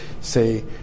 say